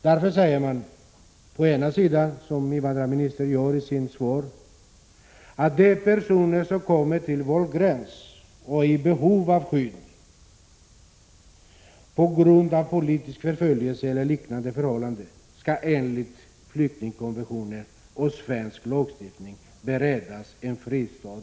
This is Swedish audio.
Därför säger regeringen å ena sidan, som invandrarministern gör i sitt svar, att de ”personer som kommer till vår gräns och är i behov av skydd här på grund av politisk förföljelse eller liknande förhållanden skall enligt flyktingkommissionen och svensk lagstiftning beredas en fristad här”.